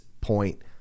point